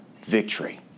victory